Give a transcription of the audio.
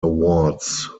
awards